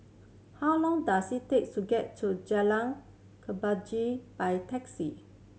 how long does it takes to get to Jalan by taxi